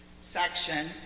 section